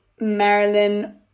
Marilyn